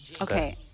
Okay